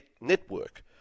network